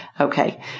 Okay